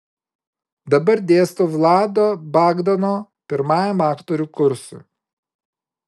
dabar dėstau vlado bagdono pirmajam aktorių kursui